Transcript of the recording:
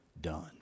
done